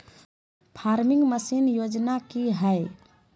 Farming machine योजना कि हैय?